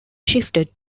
shifted